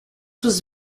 was